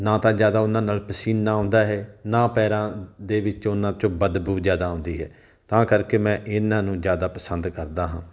ਨਾ ਤਾਂ ਜ਼ਿਆਦਾ ਉਹਨਾਂ ਨਾਲ ਪਸੀਨਾ ਆਉਂਦਾ ਹੈ ਨਾ ਪੈਰਾਂ ਦੇ ਵਿੱਚੋਂ ਉਹਨਾਂ 'ਚੋਂ ਬਦਬੂ ਜ਼ਿਆਦਾ ਆਉਂਦੀ ਹੈ ਤਾਂ ਕਰਕੇ ਮੈਂ ਇਹਨਾਂ ਨੂੰ ਜ਼ਿਆਦਾ ਪਸੰਦ ਕਰਦਾ ਹਾਂ